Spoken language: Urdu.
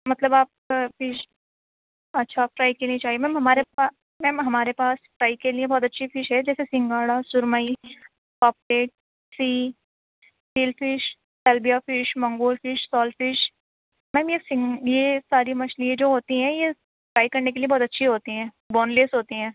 مطلب آپ فش اچھا فرائی کے لئے چاہئے میم ہمارے پاس میم ہمارے پاس فرائی کے لئے بہت اچھی فش ہے جیسے سنگھاڑا سرمئی پاپلیٹ سی سل فش البیا فش منگول فش شال فش میم یہ سنگ یہ ساری مچھلی جو ہوتی ہیں یہ فرائی کرنے کے لئے بہت اچھی ہوتی ہیں بون لیس ہوتی ہیں